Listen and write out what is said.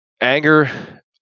Anger